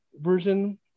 version